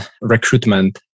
recruitment